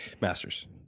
Masters